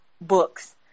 books